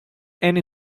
and